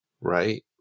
Right